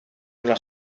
una